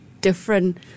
different